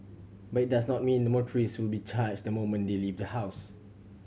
but it does not mean motorists will be charged the moment they leave the house